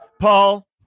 Paul